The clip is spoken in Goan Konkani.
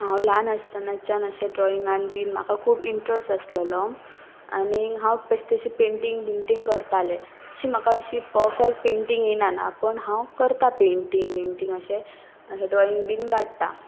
हांव ल्हान आसतानाच्यान अशें ड्रॉइंगान बीन म्हाका खूब इंट्रस्ट आसलेलो आनीक हांव बेश्टें अशें पेंटींग बिंटींग करतालें अशी म्हाका अशी परफेक्ट पेंटींग येयनाना पूण हांव करतां पेंटींग बिंटींग अशें अशें ड्रॉइंग बीन काडटा